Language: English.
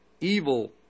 evil